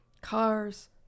cars